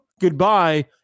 Goodbye